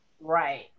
Right